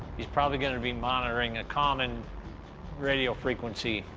he's probably gonna be monitoring a common radio frequency.